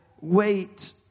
wait